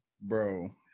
Bro